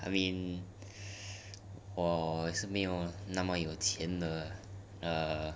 I mean 我也是没有那么有钱的 uh